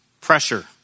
pressure